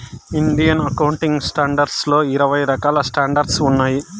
Indian accounting standards లో ఇరవై రకాల స్టాండర్డ్స్ ఉన్నాయి